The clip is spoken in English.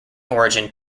origin